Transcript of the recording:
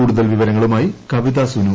കൂടുതൽ വിവരങ്ങളുമായി കവിതാ സുനു